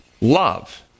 love